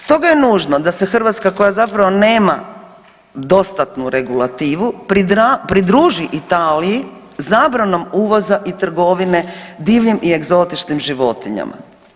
Stoga je nužno da se Hrvatska koja zapravo nema dostatnu regulativu pridruži Italiji zabranom uvoza i trgovine divljim i egzotičnim životinjama.